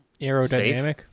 aerodynamic